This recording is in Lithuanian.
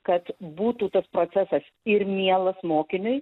kad būtų tas procesas ir mielas mokiniui